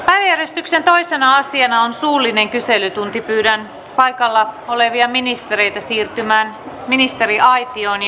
päiväjärjestyksen toisena asiana on suullinen kyselytunti pyydän paikalla olevia ministereitä siirtymään ministeriaitioon